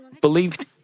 believed